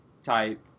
type